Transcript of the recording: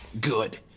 good